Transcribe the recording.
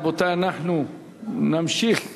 אנחנו נמשיך בשאילתות.